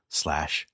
slash